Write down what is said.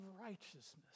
righteousness